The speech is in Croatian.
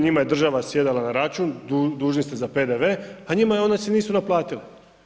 Njima je država sjedala na račun, dužni ste za PDV a njima one se nisu naplatile.